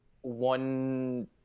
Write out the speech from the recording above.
one